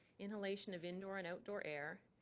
inhalation of indoor and outdoor air,